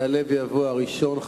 יעלה ויבוא הראשון,